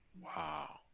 Wow